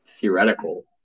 theoretical